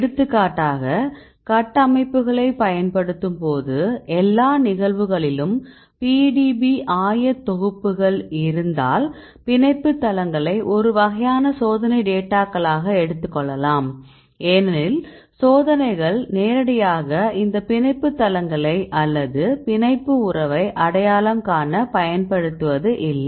எடுத்துக்காட்டாக கட்டமைப்புகளைப் பயன்படுத்தும் போது எல்லா நிகழ்வுகளிலும் PDB ஆயத்தொகுப்புகள் இருந்தால் பிணைப்பு தளங்களை ஒரு வகையான சோதனை டேட்டாக்களாக எடுத்துக் கொள்ளலாம் ஏனெனில் சோதனைகள் நேரடியாக இந்த பிணைப்பு தளங்களை அல்லது பிணைப்பு உறவை அடையாளம் காண பயன்படுத்துவது இல்லை